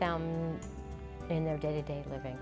down in their day to day living